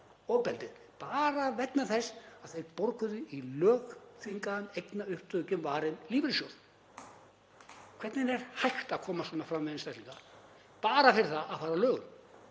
ofbeldið — bara vegna þess að þeir borguðu í lögþvingaðan eignaupptökuvarinn lífeyrissjóð. Hvernig er hægt að koma svona fram við einstaklinga bara fyrir það að fara að lögum?